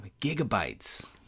gigabytes